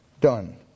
done